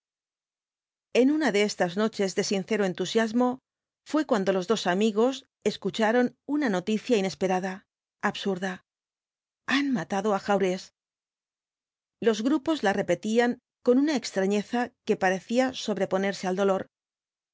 en una de estas noches de sincero entusiasmo fué cuando los dos amigos escucharon una noticia inesperada absurda han matado á jaurés los grupos la v bulsoo ibáñbz repetían con una extrañeza que parecía sobreponerse al dolor